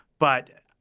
but,